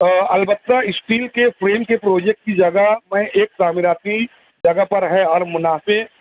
البتہ اسٹیل کے فریم کے پروجیکٹ کی جگہ میں ایک تعمیراتی جگہ پر ہے اور منافعے